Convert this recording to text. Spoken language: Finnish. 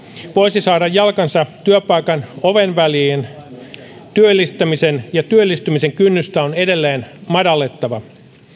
voisi saada jalkansa työpaikan oven väliin työllistämisen ja työllistymisen kynnystä on edelleen madallettava